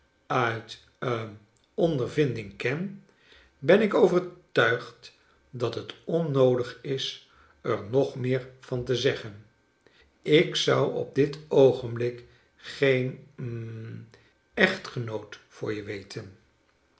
uit hm ondervinding ken ben ik overtuigd dat het onnoodig is er nog meer van te zeggen ik zou op dit oogenblik geen hm echtgenoot voor je weten